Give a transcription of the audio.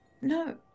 no